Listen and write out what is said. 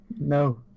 No